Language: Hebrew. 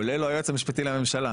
כולל לא היועץ המשפטי לממשלה.